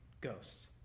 ghosts